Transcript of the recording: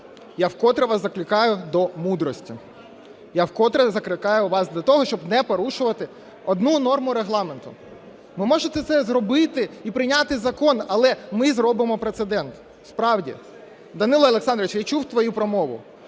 Я вкотре вас закликаю до мудрості, я вкотре закликаю вас до того, щоб не порушувати одну норму Регламенту. Ви можете це зробити і прийняти закон, але ми зробимо прецедент, справді. Данило Олександрович, я чув твою промову.